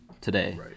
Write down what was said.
today